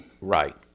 Right